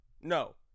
No